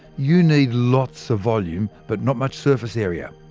you need lots of volume, but not much surface area,